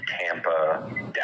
Tampa